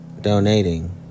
donating